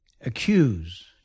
accuse